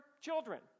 children